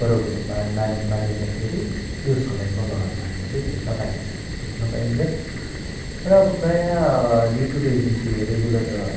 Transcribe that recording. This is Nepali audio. परवहरू मान मान मानिँदाखेरि त्यो समयमा लगाएको हामीहरूले भेट्न पाइन्छ देख्न पाइन्छ र अब प्रायः डे टू डे जुन चाहिँ रेगुलार भनौँ है